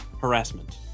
harassment